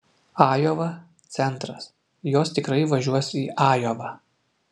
ajova centras jos tikrai važiuos į ajovą